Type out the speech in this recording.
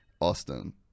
Austin